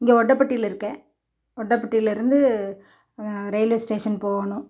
இங்கே ஒண்டப்பட்டியில் இருக்கேன் ஒண்டப்பட்டிலேருந்து ரயில்வே ஸ்டேஷன் போகணும்